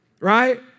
right